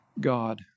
God